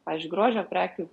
pavyzdžiui grožio prekių